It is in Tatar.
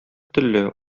телле